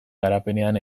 garapenean